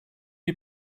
you